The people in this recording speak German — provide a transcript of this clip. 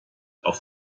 auf